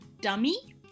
dummy